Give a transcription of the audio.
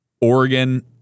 Oregon